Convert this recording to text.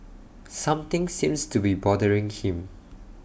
something seems to be bothering him